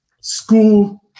school